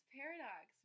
paradox